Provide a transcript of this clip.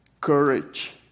Courage